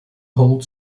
hold